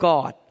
God